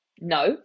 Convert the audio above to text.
no